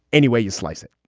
any way you slice it